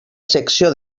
secció